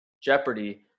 Jeopardy